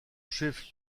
chef